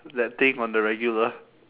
that thing on the regular